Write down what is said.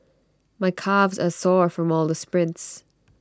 my calves are sore from all the sprints